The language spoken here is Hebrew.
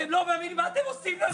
אתם לא מבינים מה אתם עושים לנו.